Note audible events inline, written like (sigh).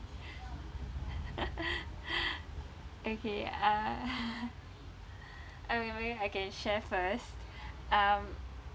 (laughs) okay uh okay maybe I can share first um